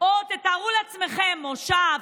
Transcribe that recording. או תארו לעצמכם מושב,